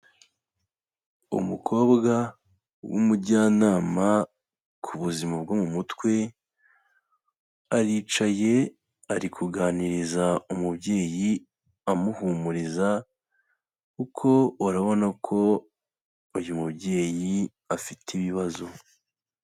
Umukobwa w'umujyanama ku buzima bwo mu mutwe, aricaye ari kuganiriza umubyeyi amuhumuriza uko urabona ko uyu mubyeyi afite ibibazo.